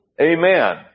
Amen